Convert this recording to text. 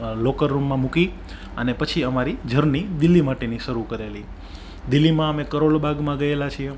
locker રૂમમાં મૂકી અને પછી અમારી જર્ની દિલ્હી માટેની શરૂ કરેલી દિલ્હીમાં અમે કરોલ બાગમાં ગયેલા છીએ